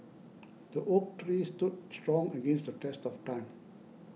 the oak tree stood strong against the test of time